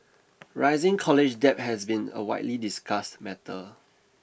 rising college debt has been a widely discussed matter